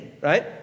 right